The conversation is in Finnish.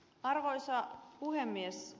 arvoisa puhemies